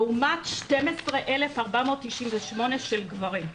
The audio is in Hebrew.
לעומת 12,498 של גברים.